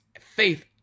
faith